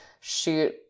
shoot